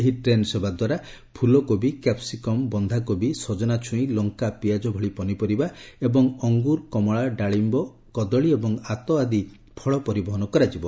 ଏହି ଟ୍ରେନ୍ ସେବାଦ୍ୱାରା ଫୁଲକୋବି କ୍ୟାପ୍ସିକମ୍ ବନ୍ଧାକୋବି ସଜନା ଛୁଇଁ ଲଙ୍କା ପିଆଜ ଭଳି ପନିପରିବା ଏବଂ ଅଙ୍ଗୁର କମଳା ଡାଳିମ୍ଭ କଦଳୀ ଏବଂ ଆତ ଆଦି ଫଳ ପରିବହନ କରାଯିବ